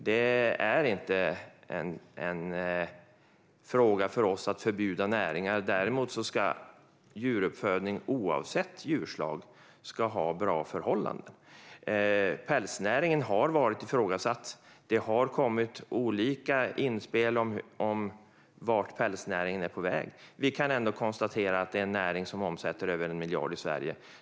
Det är inte en fråga för oss att förbjuda näringar, men givetvis ska djuruppfödning, oavsett djurslag, ha bra förhållanden. Pälsnäringen har varit ifrågasatt. Det har kommit olika inspel om vart pälsnäringen är på väg. Vi kan ändå konstatera att det är en näring som omsätter över 1 miljard i Sverige.